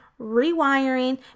rewiring